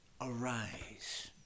arise